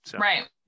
Right